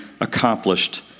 accomplished